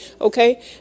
Okay